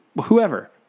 whoever